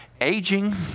Aging